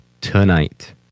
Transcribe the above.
tonight